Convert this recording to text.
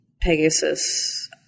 Pegasus